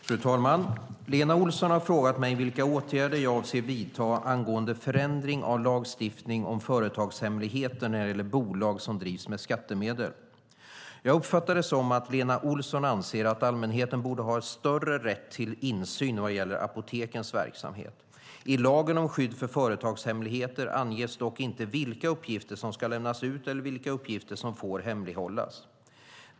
Fru talman! Lena Olsson har frågat mig vilka åtgärder jag avser att vidta angående förändring av lagstiftningen om företagshemligheter när det gäller bolag som drivs med skattemedel. Jag uppfattar det som att Lena Olsson anser att allmänheten borde ha större rätt till insyn vad gäller apotekens verksamhet. I lagen om skydd för företagshemligheter anges dock inte vilka uppgifter som ska lämnas ut eller vilka uppgifter som får hemlighållas.